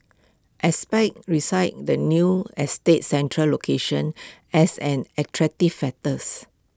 experts recited the new estate's central location as an attractive factors